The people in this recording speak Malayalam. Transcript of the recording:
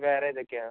വേറേതൊക്കെയാണ്